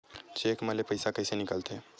Cheque म ले पईसा कइसे निकलथे?